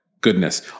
goodness